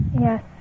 Yes